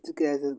تِکیٛازِ حظ